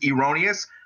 erroneous